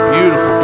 beautiful